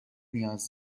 نیاز